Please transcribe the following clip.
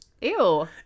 Ew